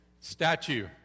Statue